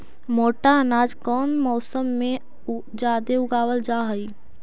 मोटा अनाज कौन मौसम में जादे उगावल जा हई?